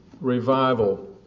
revival